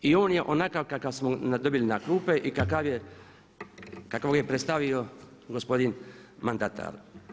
I on je onakav kakav smo dobili na klupe i kakvog je predstavio gospodin mandatar.